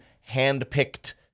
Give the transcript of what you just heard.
hand-picked